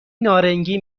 نارنگی